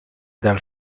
dal